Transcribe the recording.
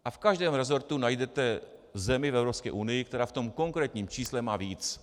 V každém resortu najdete zemi v Evropské unii, která v tom konkrétním čísle má víc.